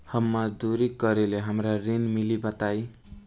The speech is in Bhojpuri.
हम मजदूरी करीले हमरा ऋण मिली बताई?